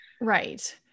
Right